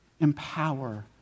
empower